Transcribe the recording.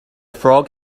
frog